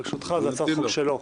בפנינו,